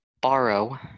borrow